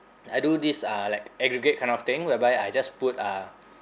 I do this uh like aggregate kind of thing whereby I just put uh